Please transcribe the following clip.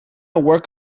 work